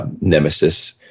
Nemesis